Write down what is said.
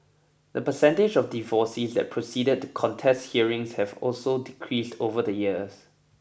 the percentage of divorcees that proceed to contest hearings have also decreased over the years